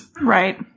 Right